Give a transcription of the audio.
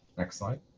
next slide.